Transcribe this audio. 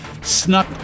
snuck